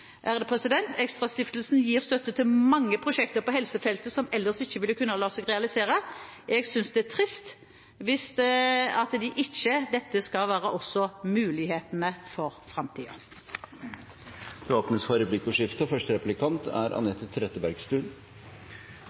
fra oss. ExtraStiftelsen gir støtte til mange prosjekter på helsefeltet som ellers ikke ville kunne la seg realisere. Jeg synes det er trist hvis disse ikke får den muligheten i framtiden. Det blir replikkordskifte. Som også innlegget fra representanten fra Venstre og